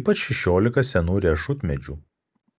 ypač šešiolika senų riešutmedžių